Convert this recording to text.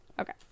Okay